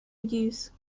use